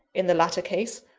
in the latter case,